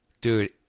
Dude